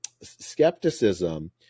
skepticism